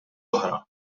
oħra